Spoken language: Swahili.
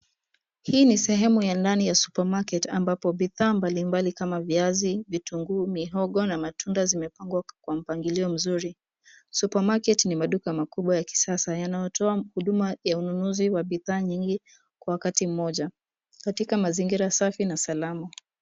Hii ni sehemu ya ndani ya supermarket ambapo bidhaa mbali mbali kama viazi, vitunguu, mihogo na matunda zimepangwa kwa mpangilio mzuri. Supermarket ni maduka makubwa ya kisasa yanayotoa huduma ya ununuzi wa bidha nyingi wakati mmoja katika mazingira safi na salama.